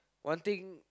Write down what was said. one thing